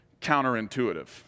counterintuitive